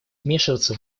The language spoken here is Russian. вмешиваться